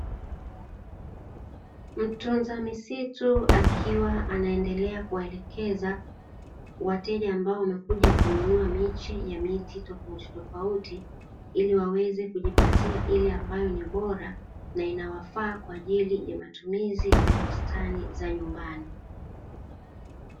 Mtunza misitu akiwa anaendelea kuwaelekeza wateja ambao wamekuja kununua miche ya miti tofautitofauti, ili waweze kujipatia ile ambayo ni bora na inawafaa kwa ajili ya matumizi ya bustani za nyumbani.